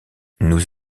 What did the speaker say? nous